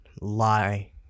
lie